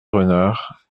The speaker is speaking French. renard